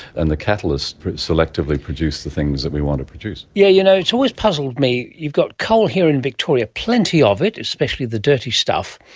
and the catalyst selectively produce the things that we want to produce. yeah you know, it's always puzzled me, you've got coal here in victoria, plenty of it, especially the dirty stuff,